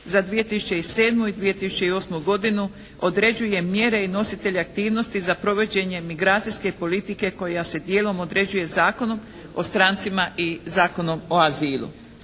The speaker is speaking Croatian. za 2007. i 2008. godinu određuje mjere i nositelje aktivnosti za provođenje migracijske politike koja se dijelom određuje Zakonom o strancima i Zakonom o azilu.